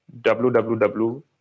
www